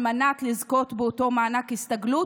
על מנת לזכות באותו מענק הסתגלות,